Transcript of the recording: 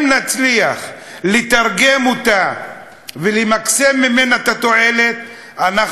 אם נצליח לתרגם אותה ולמקסם את התועלת ממנה,